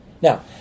Now